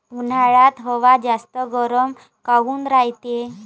उन्हाळ्यात हवा जास्त गरम काऊन रायते?